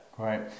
Right